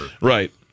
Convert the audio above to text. Right